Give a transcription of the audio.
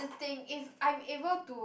thing if I'm able to